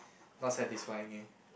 not satisfying eh